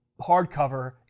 hardcover